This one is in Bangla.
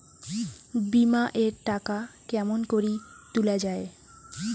বিমা এর টাকা কেমন করি তুলা য়ায়?